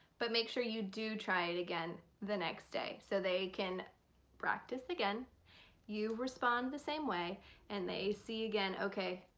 but make sure you do try it again the next day so they can practice again you respond the same way and they see again okay,